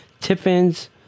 Tiffin's